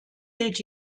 gilt